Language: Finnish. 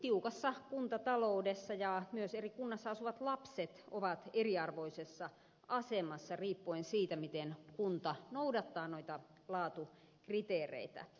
tiukassa kuntataloudessa ja myös eri kunnassa asuvat lapset ovat eriarvoisessa asemassa riippuen siitä miten kunta noudattaa noita laatukriteereitä